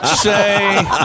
say